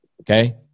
Okay